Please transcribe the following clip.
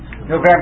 November